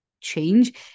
change